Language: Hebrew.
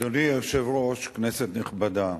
אדוני היושב-ראש, כנסת נכבדה,